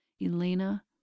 Elena